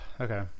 okay